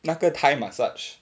那个 thai massage